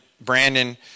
Brandon